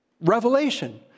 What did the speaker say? revelation